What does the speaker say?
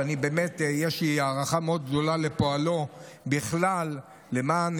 שיש לי הערכה מאוד גדולה לפועלו בכלל למען